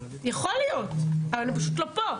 אבל הם פשוט לא פה.